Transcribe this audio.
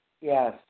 Yes